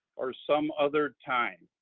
or some other time.